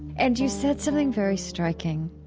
and you said something very striking